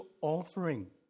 offering